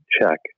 check